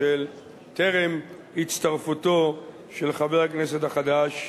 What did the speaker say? של טרם הצטרפותו של חבר הכנסת החדש,